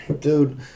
Dude